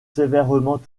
sévèrement